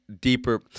deeper